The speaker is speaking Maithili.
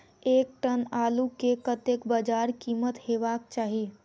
एक टन आलु केँ कतेक बजार कीमत हेबाक चाहि?